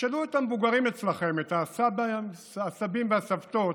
תשאלו את המבוגרים אצלכם, את הסבים והסבתות,